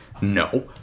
no